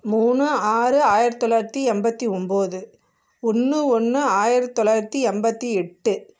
மூணு ஆறு ஆயிரத்து தொள்ளாயிரத்து எண்பத்தி ஒம்பது ஒன்று ஒன்று ஆயிரத்து தொள்ளாயிரத்து எண்பத்தி எட்டு